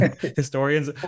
historians